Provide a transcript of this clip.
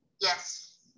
yes